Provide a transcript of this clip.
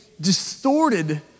distorted